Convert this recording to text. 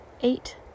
eight